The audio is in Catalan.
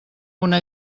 una